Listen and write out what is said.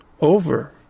over